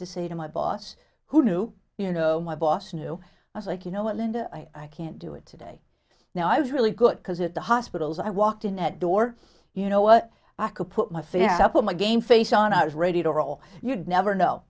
to say to my boss who knew you know my boss knew i was like you know what linda i can't do it today now i was really good because at the hospitals i walked in that door you know what i could put my fear up my game face on i was ready to roll you'd never know